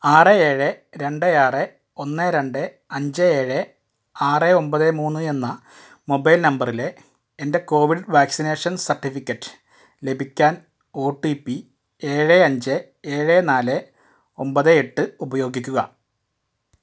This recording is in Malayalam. ആറ് ഏഴ് രണ്ട് ആറ് ഒന്ന് രണ്ട് അഞ്ച് ഏഴ് ആറ് ഒമ്പത് മൂന്ന് എന്ന മൊബൈൽ നമ്പറിലെ എൻ്റെ കോവിഡ് വാക്സിനേഷൻ സർട്ടിഫിക്കറ്റ് ലഭിക്കാൻ ഒ ടി പി ഏഴ് അഞ്ച് ഏഴ് നാല് ഒമ്പത് എട്ട് ഉപയോഗിക്കുക